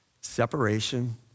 separation